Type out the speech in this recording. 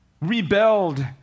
rebelled